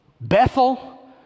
Bethel